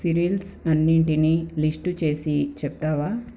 cereals అన్నిటినీ list చేసి చెప్తావా